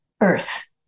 Earth